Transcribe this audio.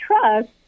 trust